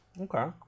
Okay